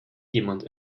jemand